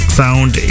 found